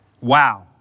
Wow